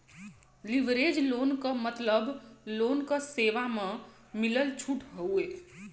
leverage loan क मतलब loan क सेवा म मिलल छूट हउवे